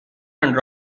and